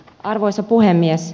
arvoisa puhemies